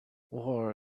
war